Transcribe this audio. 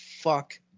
fuck